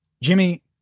Jimmy